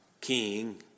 king